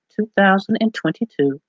2022